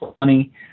money